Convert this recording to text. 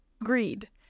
Greed